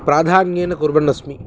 प्राधान्येन कुर्वन्नस्मि